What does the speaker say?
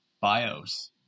Bios